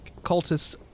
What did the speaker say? cultists